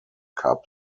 cup